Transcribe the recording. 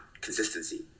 consistency